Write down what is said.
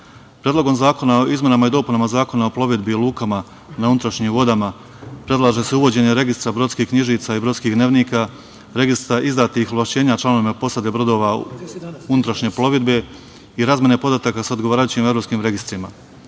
zakone. Predlogom zakona o izmenama i dopunama Zakona o plovidbi i lukama na unutrašnjim vodama predlaže se uvođenje registra brodskih knjižica i brodskih dnevnika, registra izdatih ovlašćenja članovima posade brodova unutrašnje plovidbe i razmene podataka sa odgovarajućim evropskim registrima.